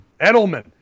Edelman